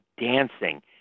dancing